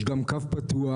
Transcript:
יש גם קו פתוח,